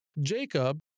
Jacob